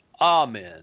Amen